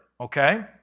okay